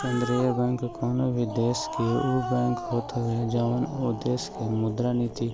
केंद्रीय बैंक कवनो भी देस के उ बैंक होत हवे जवन उ देस के मुद्रा नीति